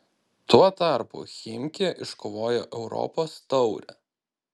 tuo tarpu chimki iškovojo europos taurę